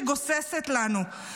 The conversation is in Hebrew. שגוססת לנו,